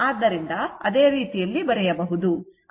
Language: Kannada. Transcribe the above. ಆದ್ದರಿಂದ ಅದೇ ರೀತಿಯಲ್ಲಿ ಬರೆಯಬಹುದು